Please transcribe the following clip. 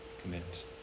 commit